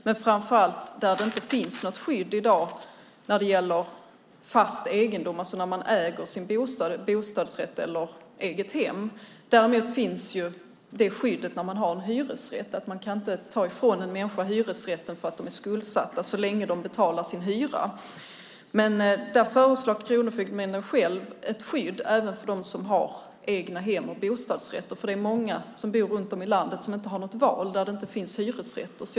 Men framför allt handlar det om när det inte finns något skydd i dag när det gäller fast egendom, alltså när människor äger sin bostad - bostadsrätt eller egnahem. Däremot finns detta skydd när de har en hyresrätt. Det innebär att man inte kan ta ifrån människor en hyresrätt för att de är skuldsatta så länge de betalar sin hyra. Men där föreslår Kronofogdemyndigheten själv ett skydd även för dem som har egnahem och bostadsrätter. Det är många som bor runt om i landet där det inte finns några hyresrätter och som inte har något val.